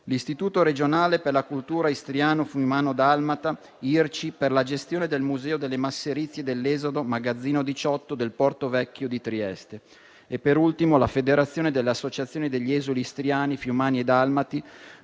l'Istituto regionale per la cultura istriano-fiumano-dalmata (IRCI) per la gestione del Museo delle masserizie dell'esodo "Magazzino 18" del Porto vecchio di Trieste; la Federazione delle associazioni degli esuli istriani, fiumani e dalmati